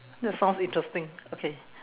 that sounds interesting okay